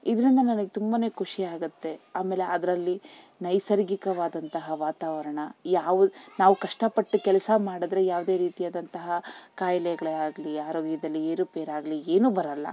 ಇದರಿಂದ ನನಗೆ ತುಂಬಾ ಖುಷಿಯಾಗತ್ತೆ ಆಮೇಲೆ ಅದರಲ್ಲಿ ನೈಸರ್ಗಿಕವಾದಂತಹ ವಾತಾವರಣ ಯಾವು ನಾವು ಕಷ್ಟಪಟ್ಟು ಕೆಲಸ ಮಾಡಿದ್ರೆ ಯಾವುದೇ ರೀತಿಯಾದಂತಹ ಕಾಯಿಲೆಗಳೇ ಆಗಲಿ ಆರೋಗ್ಯದಲ್ಲಿ ಏರುಪೇರಾಗಲಿ ಏನೂ ಬರಲ್ಲ